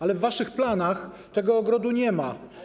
Ale w waszych planach tego ogrodu nie ma.